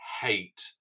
hate